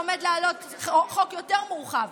והם ידעו שעומד לעלות חוק יותר מורחב,